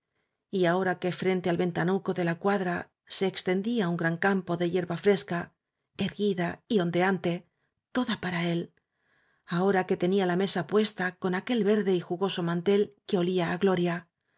ahora que frente al venta nuco de la cuadra se extendía un gran campo de hierba fresca erguida y ondeante toda para él ahora que tenía la mesa puesta con aquel verde y jugoso mantel que olía á gloria